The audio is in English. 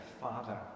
father